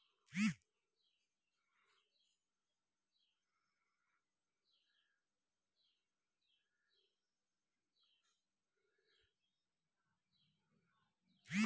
मुद्रा बाजार ओ बाजार छै जतय कनेक काल लेल पाय लगाओल जाय